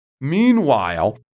Meanwhile